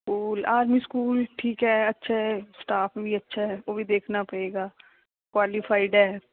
school army school ਠੀਕ ਹੈ ਅੱਛਾ ਹੈ ਸਟਾਫ਼ ਵੀ ਅੱਛਾ ਹੈ ਉਹ ਵੀ ਦੇਖਣਾ ਪਏਗਾ ਕੁਆਲੀਫਾਈਡ ਹੈ